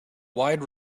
wide